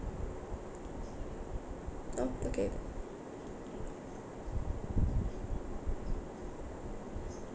oh okay